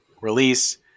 release